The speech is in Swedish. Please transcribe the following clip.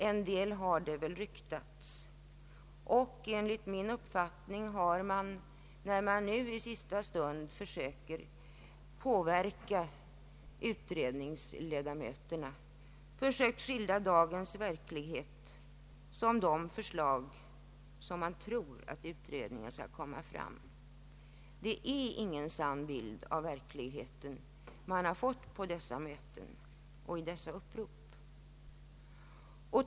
En del har det väl ryktats om, och enligt min uppfattning har man i ett försök att i sista stund påverka utredningsledamöterna sökt skildra dagens verklighet så att utredningen i sina förslag skall anpassa sig därefter. Det är ingen sann bild av verkligheten som har lämnats vid dessa möten och i dessa upprop.